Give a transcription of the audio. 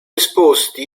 esposti